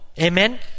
Amen